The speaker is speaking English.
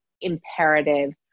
imperative